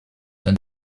dann